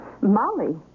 Molly